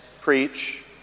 preach